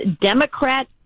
democrat